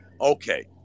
okay